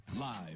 Live